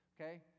okay